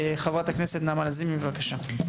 חברת הכנסת נעמה לזימי בבקשה.